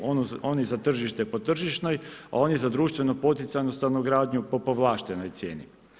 Ono za tržište po tržišnoj, a oni za društveno poticajnu stanogradnju po povlaštenoj cijeni.